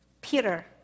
Peter